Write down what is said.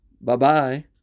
Bye-bye